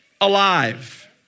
alive